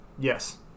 Yes